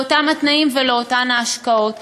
לאותם התנאים ולאותן ההשקעות.